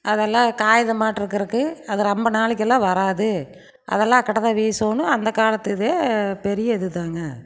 அதெல்லாம் காகிதம் மாட்டிருக்கறக்கு அது ரொம்ப நாளைக்கெல்லாம் வராது அதெல்லாம் அக்கட்டதான் வீசுனோணும் அந்த காலத்து இது பெரிய இது தாங்க